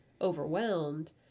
overwhelmed